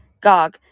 Gog